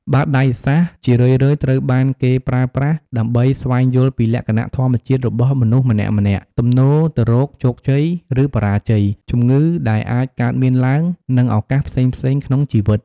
បាតដៃសាស្រ្ត ជារឿយៗត្រូវបានគេប្រើប្រាស់ដើម្បីស្វែងយល់ពីលក្ខណៈធម្មជាតិរបស់មនុស្សម្នាក់ៗ ទំនោរទៅរកជោគជ័យ ឬបរាជ័យ ជំងឺដែលអាចកើតមានឡើង និងឱកាសផ្សេងៗក្នុងជីវិត។